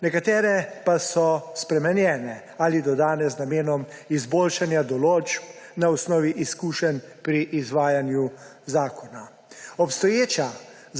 nekatere pa so spremenjene ali dodane z namenom izboljšanja določb na osnovi izkušenj pri izvajanju zakona. Obstoječa